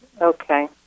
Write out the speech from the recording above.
Okay